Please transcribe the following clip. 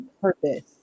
purpose